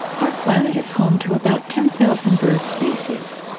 our planet is home to about ten thousand bird species,